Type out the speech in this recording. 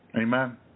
Amen